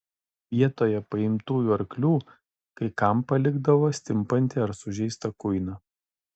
vietoje paimtųjų arklių kai kam palikdavo stimpantį ar sužeistą kuiną